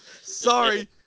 Sorry